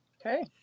Okay